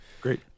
Great